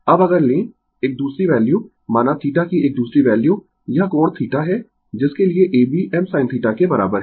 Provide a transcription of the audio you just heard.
अब अगर लें एक दूसरी वैल्यू माना θ की एक दूसरी वैल्यू यह कोण θ है जिसके लिए AB m sin θ के बराबर है